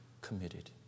committed